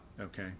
Okay